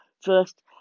first